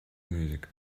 music